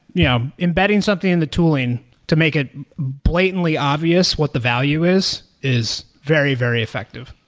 yeah embedding something in the tooling to make it blatantly obvious what the value is is very, very effective.